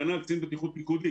כנ"ל קצין בטיחות פיקודי.